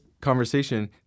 conversation